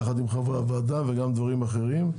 יחד עם חברי הוועדה וגם דברים אחרים.